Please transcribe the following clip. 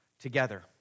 together